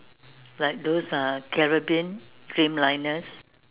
like those uh Caribbean dream liners